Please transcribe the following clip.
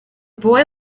boy